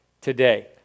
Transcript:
today